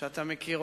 שאתה מכיר,